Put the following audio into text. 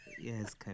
Yes